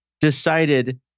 decided